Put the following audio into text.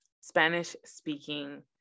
spanish-speaking